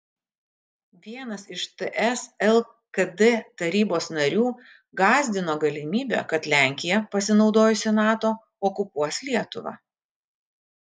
vienas iš ts lkd tarybos narių gąsdino galimybe kad lenkija pasinaudojusi nato okupuos lietuvą